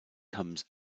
comes